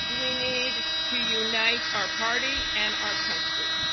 we need to unite our party and our country.